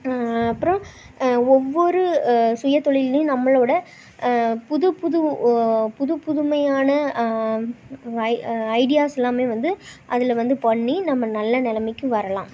அப்புறம் ஒவ்வொரு சுயதொழில்லையும் நம்மளோட புதுப்புது புதுப் புதுமையான ரை ஐடியாஸ்லாமே வந்து அதில் வந்து பண்ணி நம்ம நல்ல நிலமைக்கு வரலாம்